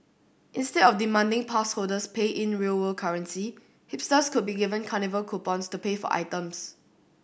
instead of demanding pass holders pay in real world currency hipsters could be given carnival coupons to pay for items